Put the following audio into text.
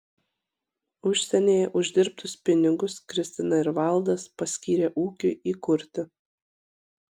užsienyje uždirbtus pinigus kristina ir valdas paskyrė ūkiui įkurti